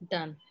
Done